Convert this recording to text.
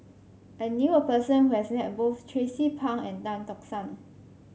I knew a person who has met both Tracie Pang and Tan Tock San